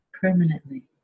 permanently